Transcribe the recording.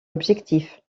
objectif